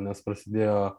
nes prasidėjo